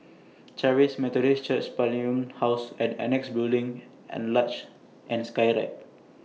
Charis Methodist Church House and Annexe Building and Luge and Skyride